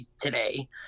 today